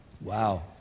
Wow